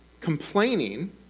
complaining